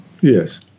Yes